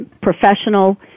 professional